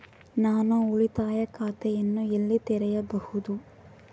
ನಾನು ಉಳಿತಾಯ ಖಾತೆಯನ್ನು ಎಲ್ಲಿ ತೆರೆಯಬಹುದು?